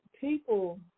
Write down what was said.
people